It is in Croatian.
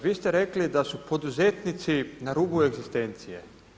Vi ste rekli da su poduzetnici na rubu egzistencije.